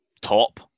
Top